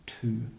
two